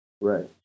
Right